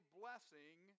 blessing